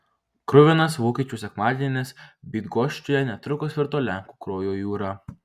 kruvinas vokiečių sekmadienis bydgoščiuje netrukus virto lenkų kraujo jūra